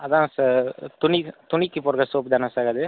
அதுதான் சார் துணி துணிக்கு போடுகிற சோப்பு தானே சார் அது